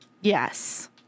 Yes